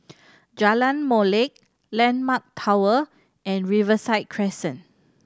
Jalan Molek Landmark Tower and Riverside Crescent